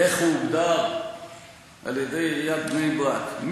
איך הוא הוגדר על-ידי עיריית בני-ברק?